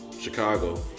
Chicago